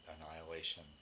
annihilation